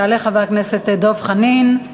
יעלה חבר הכנסת דב חנין.